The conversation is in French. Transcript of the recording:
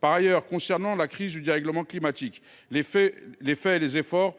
Par ailleurs, concernant le dérèglement climatique, les fonds et les efforts